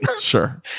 Sure